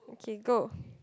okay go